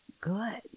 good